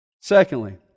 Secondly